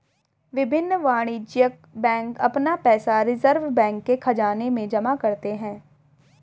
विभिन्न वाणिज्यिक बैंक अपना पैसा रिज़र्व बैंक के ख़ज़ाने में जमा करते हैं